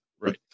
right